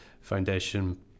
foundation